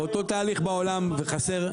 אותו תהליך בעולם וחסר,